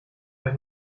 euch